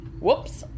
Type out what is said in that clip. Whoops